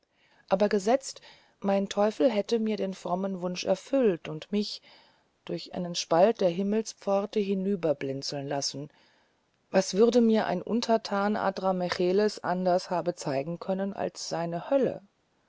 aber gesetzt mein teufel hätte mir den frommen wunsch erfüllen und mich durch einen spalt der himmelspforte hinüber blinzeln lassen was würde mir ein untertan adramelechs anders haben zeigen können als seine hölle